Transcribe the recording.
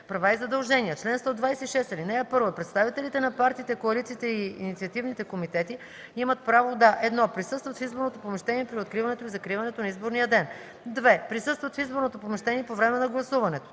„Права и задължения Чл.126. (1) Представителите на партиите, коалициите и инициативните комитети имат право да: 1. присъстват в изборното помещение при откриването и закриването на изборния ден; 2. присъстват в изборното помещение по време на гласуването;